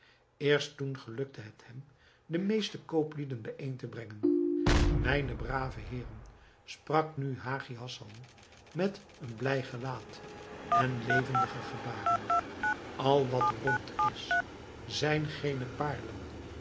eerst toen gelukte het hem de meeste kooplieden bijeen te brengen mijne brave heeren sprak nu hagi hassan met een blij gelaat en levendige gebaren al wat rond is zijn geene